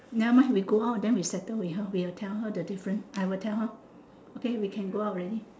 never mind we go out then we settle with her we will tell her the difference I will tell her okay we can go out already